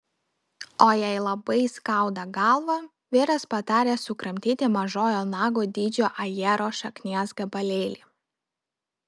o jei labai skauda galvą vyras patarė sukramtyti mažojo nago dydžio ajero šaknies gabalėlį